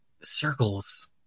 circles